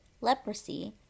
leprosy